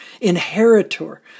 inheritor